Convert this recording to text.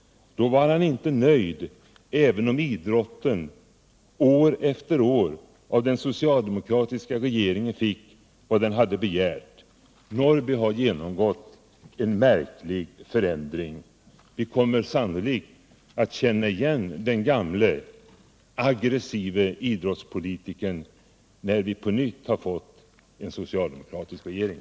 Han var inte nöjd, även om idrotten då år efter år av den socialdemokratiska regeringen fick vad den hade begärt. Karl-Eric Norrby har genomgått en märklig förändring. Vi kommer sannolikt att känna igen den gamle, aggressive idrottspolitikern Karl-Eric Norrby, när vi på nytt har fått en socialdemokratisk regering.